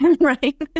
Right